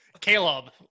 Caleb